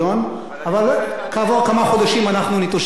אבל כעבור כמה חודשים אנחנו נתאושש.